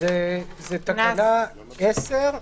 תקנה 10א,